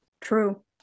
True